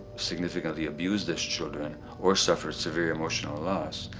significantly abused as children or suffered severe emotional loss.